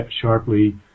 sharply